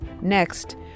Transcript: Next